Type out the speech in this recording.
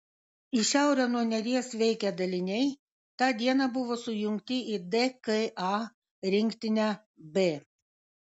į šiaurę nuo neries veikę daliniai tą dieną buvo sujungti į dka rinktinę b